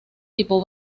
tipo